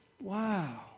Wow